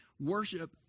worship